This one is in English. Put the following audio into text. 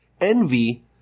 Envy